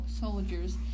soldiers